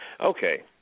Okay